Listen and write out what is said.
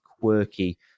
quirky